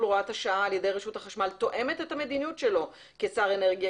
הוראת השעה על-ידי רשות החשמל תואמת את המדיניות שלו כשר האנרגיה